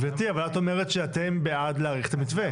גבירתי, אבל את אומרת שאתם בעד להאריך את המתווה.